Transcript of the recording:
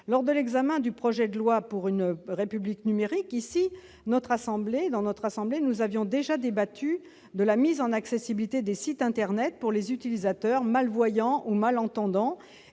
Lors de l'examen du projet de loi pour une République numérique au Sénat, nous avions déjà débattu de la mise en accessibilité des sites internet pour les utilisateurs malvoyants ou malentendants.